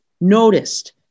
noticed